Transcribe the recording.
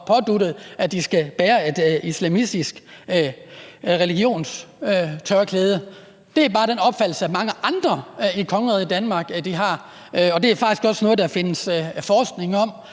at de skal bære et islamistisk, religiøst tørklæde. Det er bare den opfattelse, som mange andre i kongeriget Danmark har, og det er også noget, der findes forskning om,